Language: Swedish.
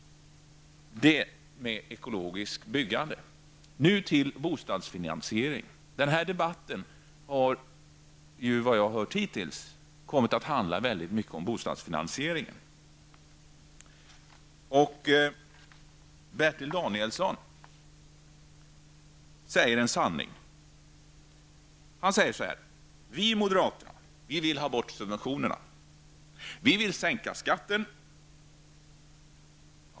Detta om ekologiskt byggande. Sedan till bostadsfinanseringen. Den här debatten har hittills kommit att i väldigt hög grad handla om bostadsfinanseringen. Bertil Danielsson säger en sanning när han säger så här: ''Vi moderater vill ta bort subventionerna. Vi vill sänka skatten.''